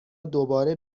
دوباره